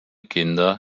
kinder